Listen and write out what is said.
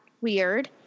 weird